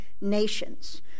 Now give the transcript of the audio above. nations